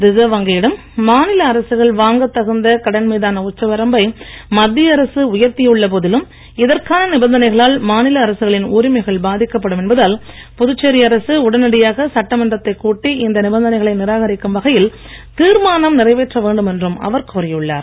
reserve வங்கியிடம் மாநில அரசுகள் வாங்கத் தகுந்த கடன் மீதான உச்சவரம்பை மத்திய அரசு உயர்த்தியுள்ள போதிலும் இதற்கான நிபந்தனைகளால் மாநில அரசுகளின் உரிமைகள் பாதிக்கப்படும் என்பதால் புதுச்சேரி அரசு உடனடியாக சட்டமன்றத்தைக் கூட்டி இந்த நிபந்தனைகளை நிராகரிக்கும் வகையில் தீர்மானம் நிறைவேற்ற வேண்டும் என்றும் அவர் கோரியுள்ளார்